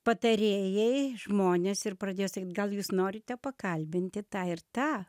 patarėjai žmonės ir pradėjo sakyt gal jūs norite pakalbinti tą ir tą